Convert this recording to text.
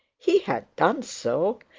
he had done so,